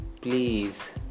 please